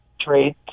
trade